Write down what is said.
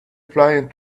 flying